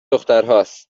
دخترهاست